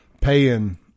paying